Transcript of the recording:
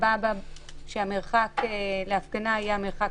ונקבע שהמרחק להפגנה יהיה המרחק